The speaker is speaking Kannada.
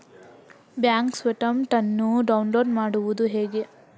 ಬ್ಯಾಂಕ್ ಸ್ಟೇಟ್ಮೆಂಟ್ ಅನ್ನು ಡೌನ್ಲೋಡ್ ಮಾಡುವುದು ಹೇಗೆ?